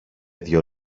δυο